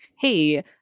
Hey